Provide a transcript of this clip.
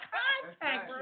contact